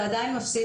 ועדיין מפסיד,